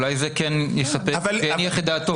ואולי הם כן יניחו את דעתו.